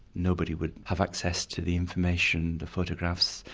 nobody would have access to the information, the photographs,